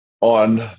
on